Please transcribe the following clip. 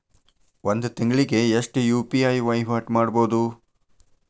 ಒಂದ್ ತಿಂಗಳಿಗೆ ಎಷ್ಟ ಯು.ಪಿ.ಐ ವಹಿವಾಟ ಮಾಡಬೋದು?